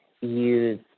use